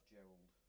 Gerald